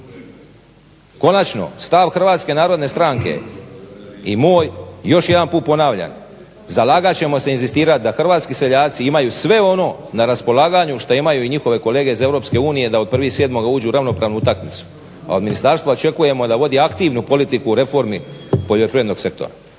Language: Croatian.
Konačno stav HNS-a i moj još jedan put ponavljam, zalagat ćemo se inzistirat da hrvatski seljaci imaju sve ono na raspolaganju šta imaju i njihove kolege iz EU da od 1.7. uđu ravnopravno u utakmicu a od ministarstva očekujemo da vodi aktivnu politiku u reformi poljoprivrednog sektora.